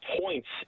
points